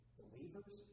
believers